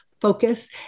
focus